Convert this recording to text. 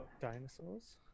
dinosaurs